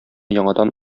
яңадан